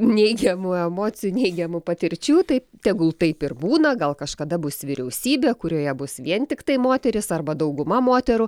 neigiamų emocijų neigiamų patirčių tai tegul taip ir būna gal kažkada bus vyriausybė kurioje bus vien tiktai moterys arba dauguma moterų